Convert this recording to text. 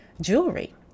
jewelry